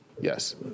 Yes